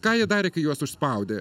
ką jie darė kai juos užspaudė